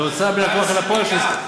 זה הוצאה מהכוח אל הפועל של,